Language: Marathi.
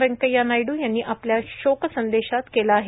व्यंकय्या नायडू यांनी आपल्या शोकसंदेशात केलं आहे